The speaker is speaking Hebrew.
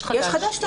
יש חדש.